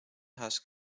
has